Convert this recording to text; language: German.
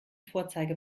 vorzeige